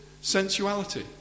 sensuality